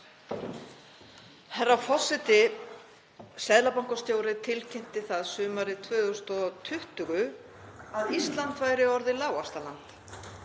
Herra forseti. Seðlabankastjóri tilkynnti sumarið 2020 að Ísland væri orðið lágvaxtaland.